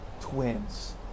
Twins